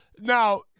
now